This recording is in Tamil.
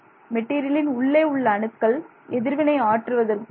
மெட்டீரியலின் உள்ளே உள்ள அணுக்கள் எதிர்வினை ஆற்றுவது இல்லை